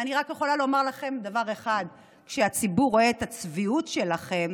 אני רק יכולה לומר לכם דבר אחד: כשהציבור רואה את הצביעות שלכם,